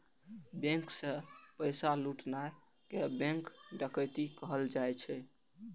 bank सं पैसा लुटनाय कें बैंक डकैती कहल जाइ छै